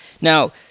Now